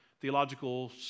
Theological